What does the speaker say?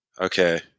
Okay